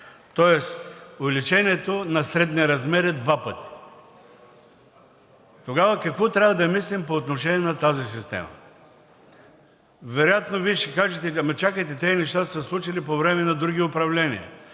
тоест увеличението на средния размер е два пъти. Тогава какво трябва да мислим по отношение на тази система? Вероятно Вие ще кажете: ама, чакайте, тези неща са се случили по време на други управления.